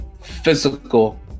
physical